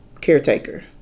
caretaker